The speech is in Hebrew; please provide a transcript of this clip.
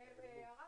הפסקה.